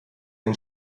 den